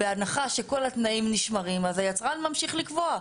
בהנחה שכל התנאים נשמרים, אז היצרן ממשיך לקבוע.